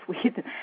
Sweden